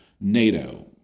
NATO